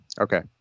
Okay